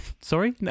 Sorry